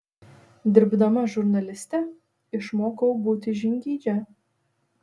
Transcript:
dirbdama žurnaliste išmokau būti žingeidžia